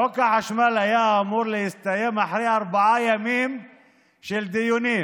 חוק החשמל היה אמור להסתיים אחרי ארבעה ימים של דיונים,